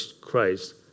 Christ